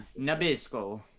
Nabisco